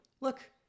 Look